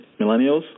millennials